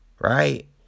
Right